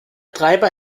treiber